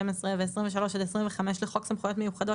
12 ו-23 עד 25 לחוק סמכויות מיוחדות